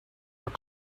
your